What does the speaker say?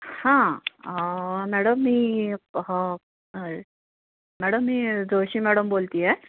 हां मॅडम मी हां मॅडम मी जोशी मॅडम बोलत आहे